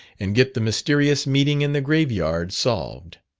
and get the mysterious meeting in the grave-yard solved.